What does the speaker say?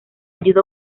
ayuda